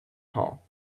hall